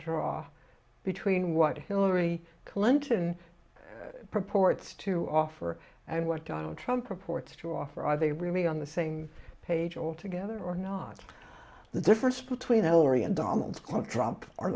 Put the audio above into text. draw between what hillary clinton purports to offer and what donald trump reports to offer or are they really on the same page all together or not the difference between